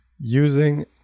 using